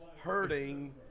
Hurting